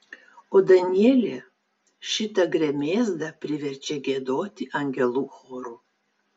o danielė šitą gremėzdą priverčia giedoti angelų choru